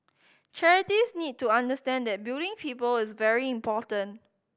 charities need to understand that building people is very important